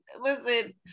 listen